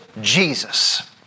Jesus